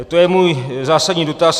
To je můj zásadní dotaz.